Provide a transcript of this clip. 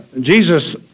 Jesus